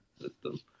system